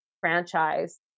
franchise